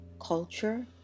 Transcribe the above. culture